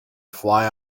fly